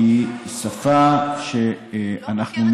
היא לא מוכרת